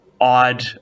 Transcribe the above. odd